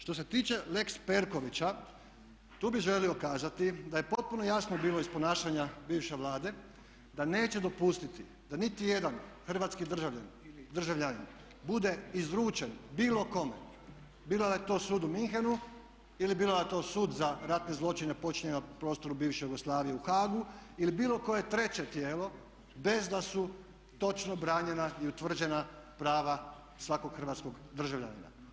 Što se tiče lex Perkovića tu bih želio kazati da je potpuno jasno bilo iz ponašanja bivše Vlade da neće dopustiti da niti jedan hrvatski državljanin bude izručen bilo kome, bilo da je to sud u Munchenu ili bilo da je to Sud za ratne zločine počinjene na prostoru bivše Jugoslavije u Haagu ili bilo koje treće tijelo bez da su točno branjena i utvrđena prava svakog hrvatskog državljanina.